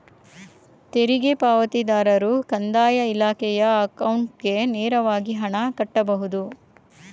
ತೆರಿಗೆ ಪಾವತಿದಾರರು ಕಂದಾಯ ಇಲಾಖೆಯ ಅಕೌಂಟ್ಗೆ ನೇರವಾಗಿ ಹಣ ಕಟ್ಟಬಹುದು